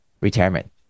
retirement